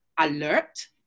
alert